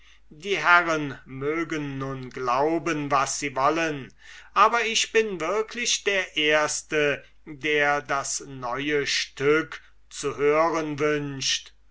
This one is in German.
die herren mögen nun glauben was sie wollen aber ich bin wirklich der erste der das neue stück zu hören wünscht